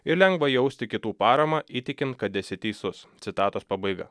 ir lengva jausti kitų paramą įtikint kad esi teisus citatos pabaiga